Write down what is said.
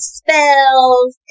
spells